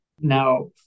Now